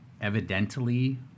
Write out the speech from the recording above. evidently